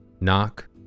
Knock